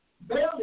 barely